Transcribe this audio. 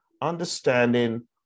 understanding